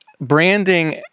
Branding